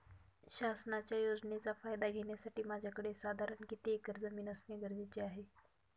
शासनाच्या योजनेचा फायदा घेण्यासाठी माझ्याकडे साधारण किती एकर जमीन असणे गरजेचे आहे?